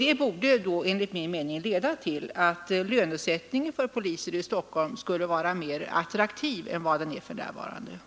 Det borde enligt min mening leda till att lönesättningen för poliser i Stockholm skulle vara mera attraktiv än vad den är för närvarande.